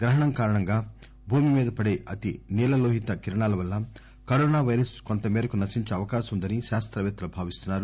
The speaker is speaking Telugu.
గ్రహణం కారణంగా భూమి మీద పడే అతి నీలలోహిత కిరణాల వల్ల కరోనా పైరస్ కొంతమేరకు నశించే అవకాశం ఉందని శాస్త్రపేత్తలు భావిస్తున్నారు